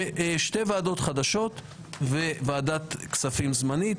ששתי ועדות חדשות וועדת כספים זמנית.